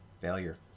Failure